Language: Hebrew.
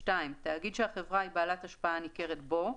(2)תאגיד שהחברה היא בעלת השפעה ניכרת בו,